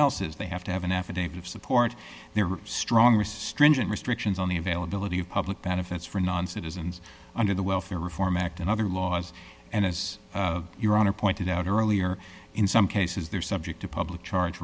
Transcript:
else's they have to have an affidavit of support there are stronger stringent restrictions on the availability of public benefits for non citizens under the welfare reform act and other laws and as your honor pointed out earlier in some cases they're subject to public charge